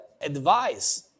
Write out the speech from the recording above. advice